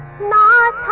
not